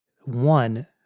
One